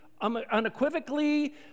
unequivocally